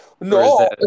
No